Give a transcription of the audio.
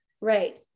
Right